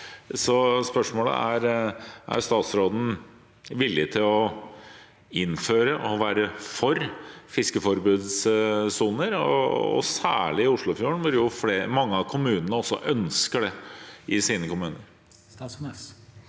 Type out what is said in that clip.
Så spørsmålet er: Er statsråden villig til å innføre og være for fiskeforbudssoner, særlig i Oslofjorden, hvor jo mange av kommunene ønsker det i sine kommuner?